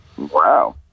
wow